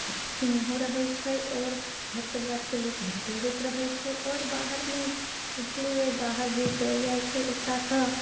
सिनेहो रहैत छै आओर घर परिवा के लोक भेटो होइत रहैत छै आओर बाहरमे बुझलियै बाहर जे चलि जाइत छै ओकरा तऽ